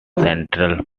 central